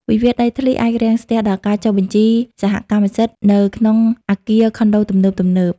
វិវាទដីធ្លីអាចរាំងស្ទះដល់ការចុះបញ្ជីសហកម្មសិទ្ធិ នៅក្នុងអគារខុនដូទំនើបៗ។